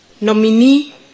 Nominee